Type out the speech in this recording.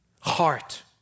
Heart